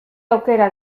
aukera